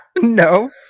No